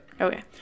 Okay